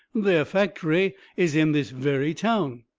their factory is in this very town.